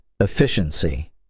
Efficiency